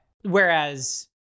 Whereas